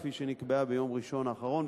כפי שנקבעה ביום ראשון האחרון,